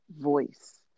voice